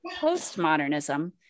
postmodernism